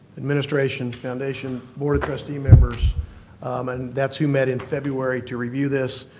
administration, foundation, board of trustee members and that's who met in february to review this.